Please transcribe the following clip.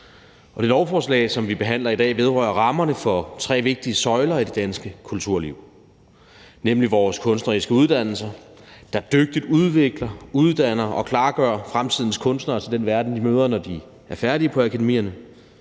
Det lovforslag, som vi behandler i dag, vedrører rammerne for tre vigtige søjler i det danske kulturliv, nemlig vores kunstneriske uddannelser, der dygtigt udvikler, uddanner og klargør fremtidens kunstnere til den verden, de møder, når de er færdige på akademierne